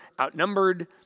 outnumbered